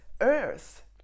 earth